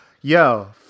yo